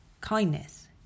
kindness